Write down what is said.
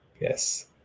yes